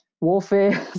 warfare